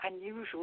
unusual